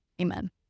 Amen